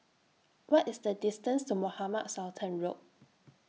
What IS The distance to Mohamed Sultan Road